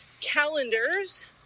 calendars